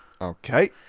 Okay